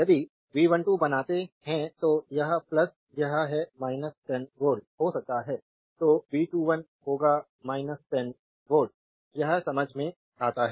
यदि V12 बनाते हैं तो यह यह है 10 वोल्ट हो सकता है तो V21 होगा 10 वोल्ट यह समझ में आता है